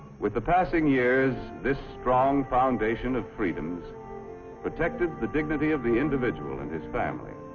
with the passing years, this strong foundation of freedom protected the dignity of the individual in his family.